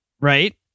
Right